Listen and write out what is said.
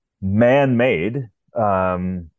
man-made